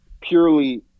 purely